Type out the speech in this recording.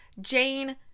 jane